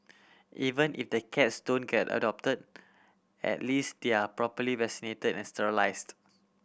even if the cats don't get adopted at least they are properly vaccinated and sterilised